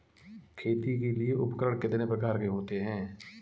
खेती के लिए उपकरण कितने प्रकार के होते हैं?